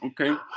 Okay